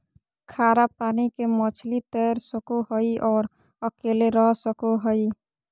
खारा पानी के मछली तैर सको हइ और अकेले रह सको हइ